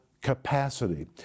capacity